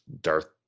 Darth